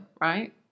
Right